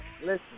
Listen